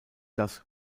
das